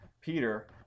peter